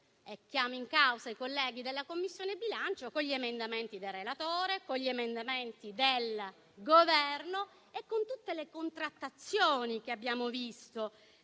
chiamo in causa i colleghi della Commissione bilancio - con gli emendamenti del relatore, con gli emendamenti del Governo e con tutte le contrattazioni che abbiamo visto,